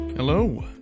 Hello